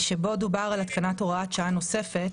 החלק שבו דובר על התקנת הוראת שעה נוספת